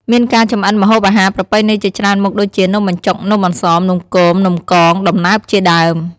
មានការចម្អិនម្ហូបអាហារប្រពៃណីជាច្រើនមុខដូចជា នំបញ្ចុក នំអន្សម នំគម នំកង ដំណើបជាដើម។